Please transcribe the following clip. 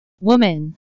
Woman